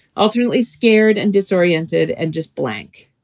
alternately scared and disoriented and just blank.